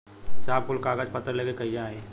साहब कुल कागज पतर लेके कहिया आई?